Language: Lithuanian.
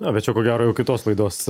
na bet čia ko gero jau kitos laidos